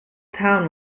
town